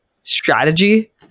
strategy